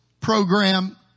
program